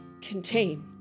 contain